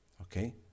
okay